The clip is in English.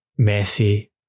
Messi